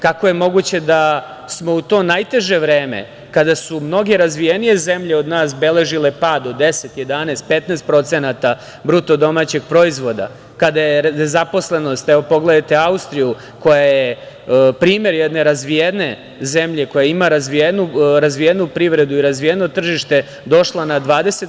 Kako je moguće da smo u to najteže vreme kada su mnoge razvijenije zemlje od nas beležile pad od 10, 11, 15% BDP, kada je nezaposlenost, evo pogledajte Austriju koja je primer jedne razvijene zemlje, koja ima razvijenu privredu i razvijeno tržište, došla na 20%